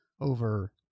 over